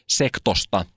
sektosta